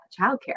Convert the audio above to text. childcare